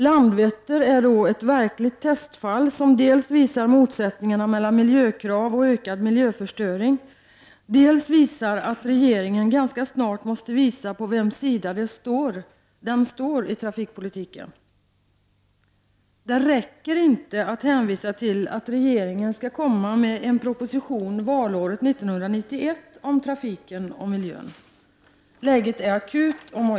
Landvetter är ett verkligt testfall som visar dels på motsättningarna mellan miljökrav och ökad miljöförstöring, dels att regeringen ganska snart måste visa på vems sida den står i trafikpolitiken. Det räcker inte att hänvisa till att regeringen valåret 1991 skall komma med en proposition om trafiken och miljön. Läget är akut.